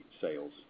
sales